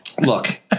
Look